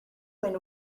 when